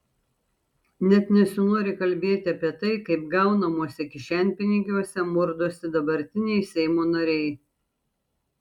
net nesinori kalbėti apie tai kaip gaunamuose kišenpinigiuose murdosi dabartiniai seimo nariai